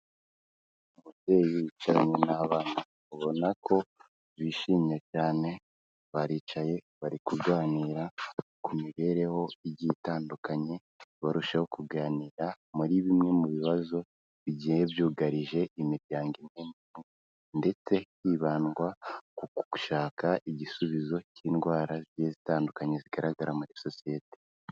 Ababyeyi bicaranye n'abana ubona ko bishimye cyane, baricaye, bari kuganira ku mibereho igiye itandukanye, barushaho kuganira muri bimwe mu bibazo bigiye byugarije imiryango imwe n'imwe ndetse hibandwa ku gushaka igisubizo cy'indwara zigiye zitandukanye zigaragara muri sosiyete.